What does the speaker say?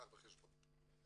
קח בחשבון.